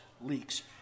leaks